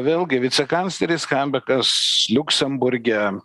vėlgi vicekancleris chambekas liuksemburge